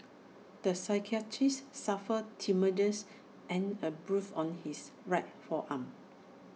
the psychiatrist suffered tenderness and A bruise on his right forearm